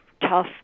tough